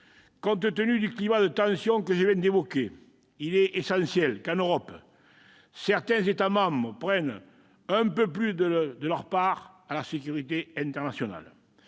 compte tenu du climat de tensions que je viens d'évoquer, il est essentiel qu'en Europe certains États membres prennent un peu plus leur part à la sécurité internationale.